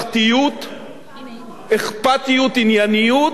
ממלכתיות, אכפתיות, ענייניות.